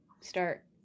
start